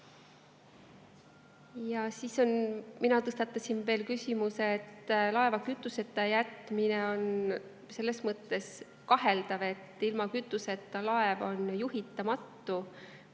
eest. Mina tõstatasin küsimuse, et laeva kütuseta jätmine on selles mõttes kaheldav, et ilma kütuseta laev on juhitamatu,